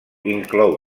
inclou